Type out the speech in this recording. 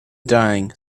dying